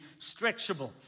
stretchable